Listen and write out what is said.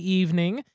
evening